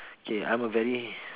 okay I'm a very